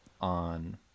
on